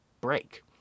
break